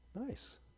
nice